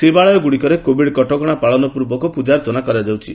ଶିବାଳୟଗୁଡ଼ିକରେ COVID କଟକଣା ପାଳନ ପୂର୍ବକ ପୂଜାର୍ଚ୍ଚନା କରାଯାଉଛି